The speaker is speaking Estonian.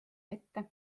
ette